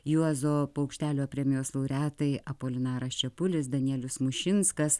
juozo paukštelio premijos laureatai apolinaras čepulis danielius mušinskas